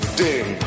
ding